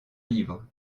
livre